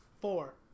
Four